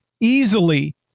easily